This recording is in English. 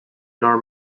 nor